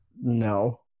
No